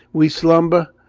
we slumber,